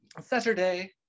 saturday